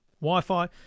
Wi-Fi